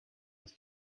ist